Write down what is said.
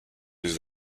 this